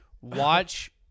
watch